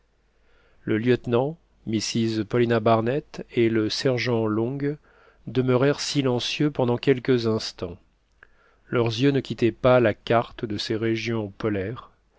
le lieutenant mrs paulina barnett et le sergent long demeurèrent silencieux pendant quelques instants leurs yeux ne quittaient pas la carte de ces régions polaires